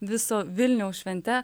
viso vilniaus švente